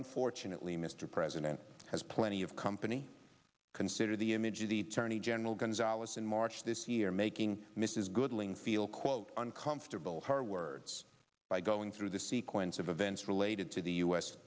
unfortunately mr president has plenty of company consider the image of the tourney general gonzales in march this year making mrs goodling feel quote uncomfortable her words by going through the sequence of events related to the u s